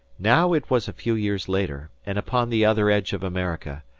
now it was a few years later, and upon the other edge of america,